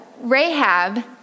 Rahab